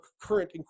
current